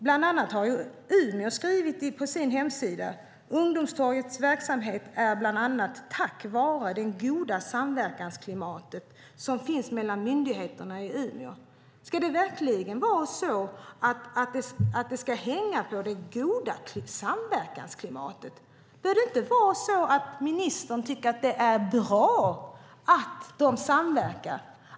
Bland annat har Umeå skrivit på sin hemsida att Ungdomstorgets verksamhet bland annat sker tack vare det goda samverkansklimat som finns mellan myndigheterna i Umeå. Ska det verkligen vara så att det ska hänga på det goda samverkansklimatet? Bör det inte vara så att ministern tycker att det är bra att de samverkar?